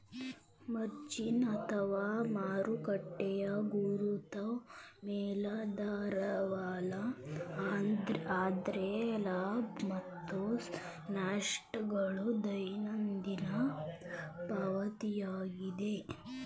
margin ಅಥವಾ ಮಾರುಕಟ್ಟೆಯ ಗುರುತು ಮೇಲಾಧಾರವಲ್ಲ ಆದ್ರೆ ಲಾಭ ಮತ್ತು ನಷ್ಟ ಗಳ ದೈನಂದಿನ ಪಾವತಿಯಾಗಿದೆ